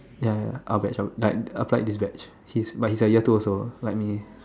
ya ya ya our batch like applied this batch he's but he's year two also like me